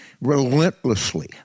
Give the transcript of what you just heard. relentlessly